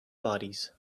bodies